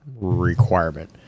requirement